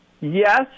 Yes